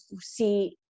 See